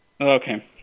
Okay